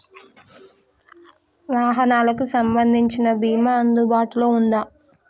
వాహనాలకు సంబంధించిన బీమా అందుబాటులో ఉందా?